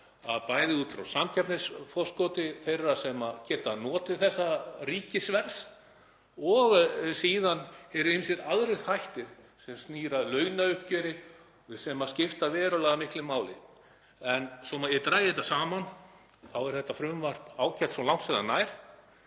bæði út frá samkeppnisforskoti þeirra sem geta notið þessa ríkisverðs og síðan eru ýmsir aðrir þættir sem snúa að launauppgjöri sem skipta verulega miklu máli. Svo að ég dragi þetta saman þá er þetta frumvarp ágætt svo langt sem það nær